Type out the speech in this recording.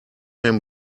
him